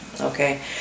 Okay